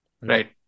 Right